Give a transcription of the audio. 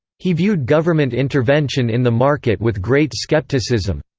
he viewed government intervention in the market with great skepticism.